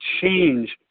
change